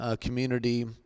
community